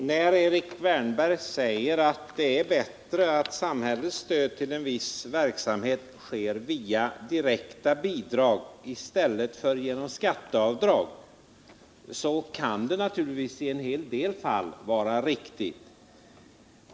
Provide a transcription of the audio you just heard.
Herr talman! Erik Wärnberg säger att det är bättre att samhällets stöd till en viss verksamhet lämnas via direkta bidrag i stället för via skatteavdrag. Det kan naturligtvis i en hel del fall vara riktigt.